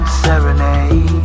serenade